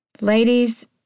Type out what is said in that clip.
Ladies